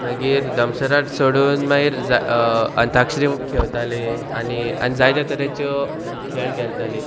मागीर दमसर सोडून मागीर अंताक्षरी खेळताली आनी जायते तरेच्यो खेळ खेळताली